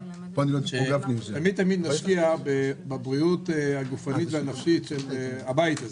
שתמיד נשקיע בבריאות הגופנית והנפשית של הבית הזה,